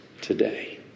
today